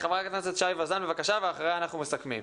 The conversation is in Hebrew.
חברת הכנסת הילה שי וזאן ואחריה אנחנו מסכמים.